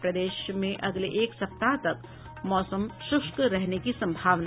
और प्रदेश में अगले एक सप्ताह तक मौसम शुष्क रहने की संभावना